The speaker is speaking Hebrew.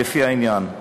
לפי העניין.